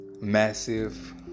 massive